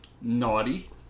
naughty